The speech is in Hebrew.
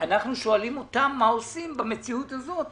אנחנו שואלים אותם מה עושים במציאות הזאת,